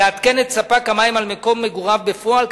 לעדכן את ספק המים על מקום מגוריו בפועל,